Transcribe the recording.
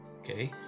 okay